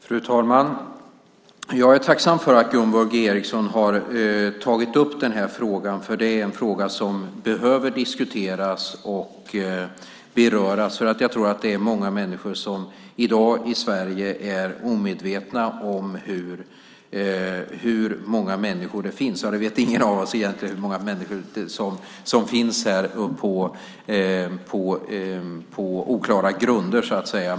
Fru talman! Jag är tacksam för att Gunvor G Ericson har tagit upp den här frågan, för det är en fråga som behöver diskuteras och beröras. Ingen av oss vet egentligen hur många som finns här på oklara grunder.